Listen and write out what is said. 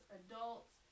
adults